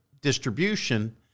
distribution